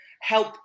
help